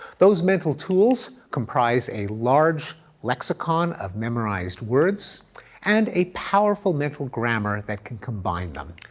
those mental tools comprise a large lexicon of memorized words and a powerful mental grammar that can combine them.